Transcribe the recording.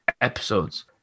episodes